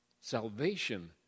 salvation